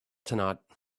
tonight